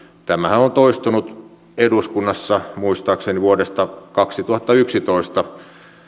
tämähän on toistunut eduskunnassa muistaakseni vuodesta kaksituhattayksitoista